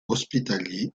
hospitaliers